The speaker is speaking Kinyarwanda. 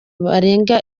barenga